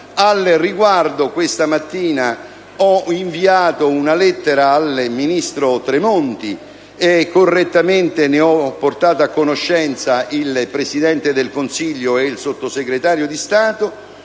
Al riguardo, questa mattina ho inviato una lettera al ministro Tremonti, e correttamente ne ho portato a conoscenza il Presidente del Consiglio e la Sottosegretario di Stato,